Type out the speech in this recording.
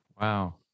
Wow